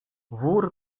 wór